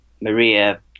Maria